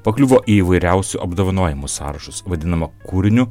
pakliuvo į įvairiausių apdovanojimų sąrašus vadinama kūriniu